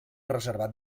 reservat